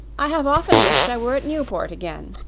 i have often wished i were at newport again,